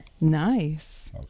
nice